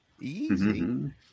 easy